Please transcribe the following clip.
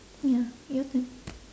ya your turn